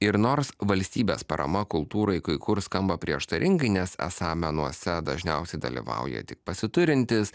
ir nors valstybės parama kultūrai kai kur skamba prieštaringai nes esą menuose dažniausiai dalyvauja tik pasiturintys